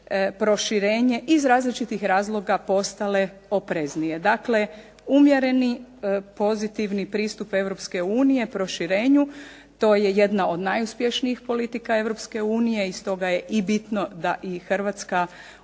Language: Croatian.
proširenje iz različitih razloga postale opreznije. Dakle umjereni pozitivni pristup Europske unije proširenju, to je jedna od najuspješnijih politika Europske unije i stoga je i bitno da i Hrvatska